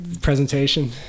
Presentation